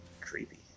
Creepy